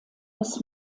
des